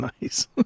Nice